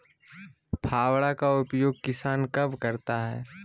फावड़ा का उपयोग किसान कब करता है?